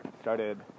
started